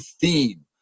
theme